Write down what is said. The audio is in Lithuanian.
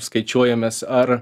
skaičiuojamės ar